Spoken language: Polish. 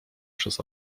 przez